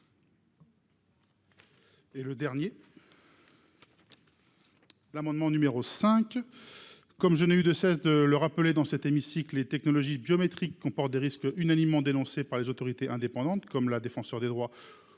parole est à M. Thomas Dossus. Comme je n'ai eu de cesse de le rappeler dans cet hémicycle, les technologies biométriques comportent des risques unanimement dénoncés par les autorités indépendantes, comme la Défenseure des droits